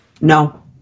No